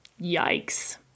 Yikes